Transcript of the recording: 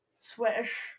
Swish